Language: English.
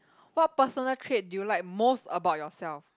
what personal trait do you like most about yourself